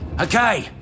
okay